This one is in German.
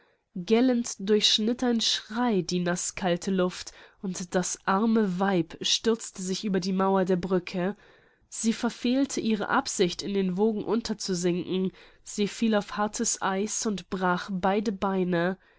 durchschnitt ein schrei die naßkalte luft und das arme weib stürzte sich über die mauer der brücke sie verfehlte ihre absicht in den wogen unterzusinken sie fiel auf hartes eis und brach beide beine